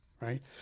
right